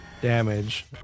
damage